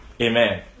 Amen